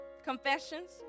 confessions